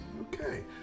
Okay